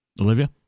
olivia